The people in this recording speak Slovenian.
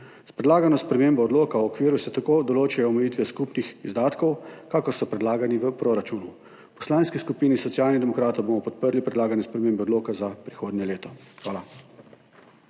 S predlagano spremembo odloka o okviru se tako določajo omejitve skupnih izdatkov, kakor so predlagani v proračunu. V Poslanski skupini Socialnih demokratov bomo podprli predlagane spremembe odloka za prihodnje leto. Hvala.